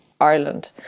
Ireland